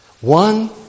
One